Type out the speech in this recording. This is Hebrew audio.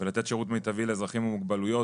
ולתת שירות מיטבי לאזרחים עם מוגבלויות,